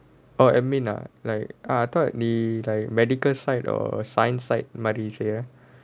orh administration lah like I thought the like medical side or science side மாரி:maari